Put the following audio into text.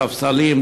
לספסלים,